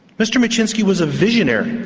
mr micsinszki was a visionary,